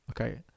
okay